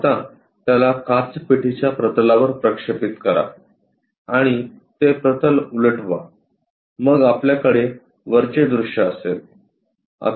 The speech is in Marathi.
आता त्याला काचपेटीच्या प्रतलावर प्रक्षेपित करा आणि ते प्रतल उलटवा मग आपल्याकडे वरचे दृश्य असेल